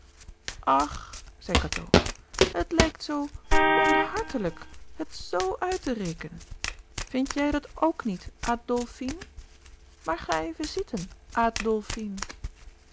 ach zei cateau het lijkt zoo onhàrlouis couperus de boeken der kleine zielen telijk het zo uit te rekenen vindt jij dat ook niet adlfine maar ga even zitten